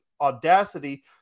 audacity